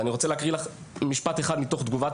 ואני רוצה להקריא משפט אחד מתוך תגובת